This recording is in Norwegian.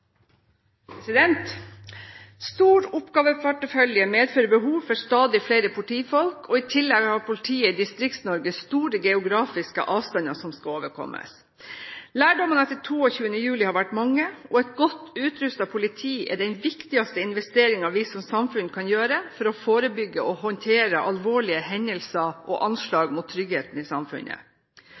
Stor oppgaveportefølje medfører behov for stadig flere politifolk. I tillegg har politiet i Distrikts-Norge store geografiske avstander som skal overkommes. Lærdommene etter 22. juli har vært mange. Å få et godt utrustet politi er den viktigste investeringen vi som samfunn kan gjøre for å forebygge og håndtere alvorlige hendelser og anslag mot tryggheten i samfunnet.